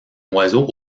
oiseau